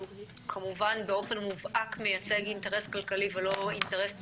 כמובן באופן מובהק מייצג אינטרס כלכלי ולא אינטרס ציבורי.